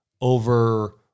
over